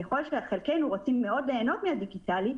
ככל שחלקנו רוצים מאוד ליהנות מהדיגיטלי,